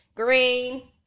Green